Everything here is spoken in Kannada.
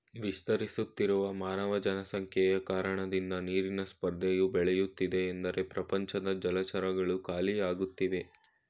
ವಿಸ್ತರಿಸುತ್ತಿರುವ ಮಾನವ ಜನಸಂಖ್ಯೆಯ ಕಾರಣದಿಂದ ನೀರಿನ ಸ್ಪರ್ಧೆಯು ಬೆಳೆಯುತ್ತಿದೆ ಎಂದರೆ ಪ್ರಪಂಚದ ಜಲಚರಗಳು ಖಾಲಿಯಾಗ್ತಿವೆ